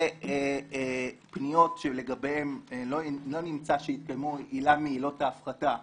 ופניות שלגביהן לא נמצא שהתקיימה עילה מעילות ההפחתה,